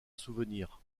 souvenir